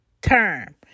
term